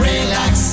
Relax